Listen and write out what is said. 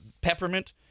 peppermint